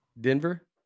Denver